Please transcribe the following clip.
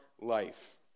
life